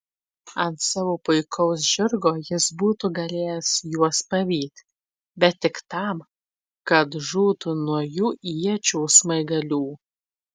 ant savo puikaus žirgo jis būtų galėjęs juos pavyti bet tik tam kad žūtų nuo jų iečių smaigalių